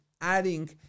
adding